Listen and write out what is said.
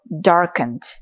darkened